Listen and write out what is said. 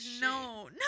no